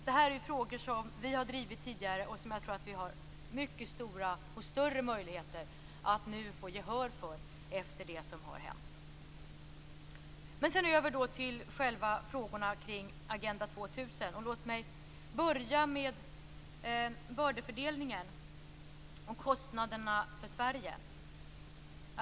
Det här är frågor som vi har drivit tidigare och som jag tror att vi har mycket större möjligheter att nu få gehör för efter det som har hänt. Sedan går jag över till själva frågorna kring Agenda 2000. Låt mig börja med bördefördelningen och kostnaderna för Sverige.